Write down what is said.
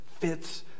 fits